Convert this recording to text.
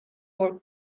for